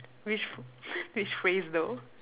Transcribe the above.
which which phrase though